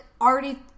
already